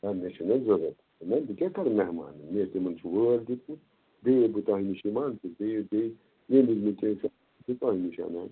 نَہ مےٚ چھِ نا ضروٗرت چھِ نا بہٕ کیٛاہ کَرٕ مہمانَن میٚے تِمَن چھُ وٲرڈ دِیٛتمُت بیٚیہِ ہے بہٕ تۄہہِ نِش نِوان چھُس بیٚیہِ ہے بیٚیہِ تۄہہِ نِش اَنان